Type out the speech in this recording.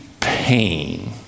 pain